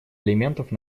элементов